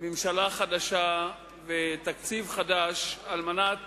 ממשלה חדשה ותקציב חדש על מנת